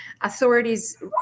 authorities